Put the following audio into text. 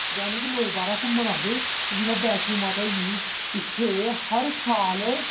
जां जेह्ड़े लोग बाह्रा घूम्मन आंदे जि'यां बैश्नो माता होई गेई इत्थै हर साल